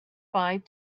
five